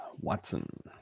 Watson